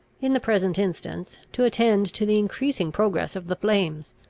in the present instance, to attend to the increasing progress of the flames.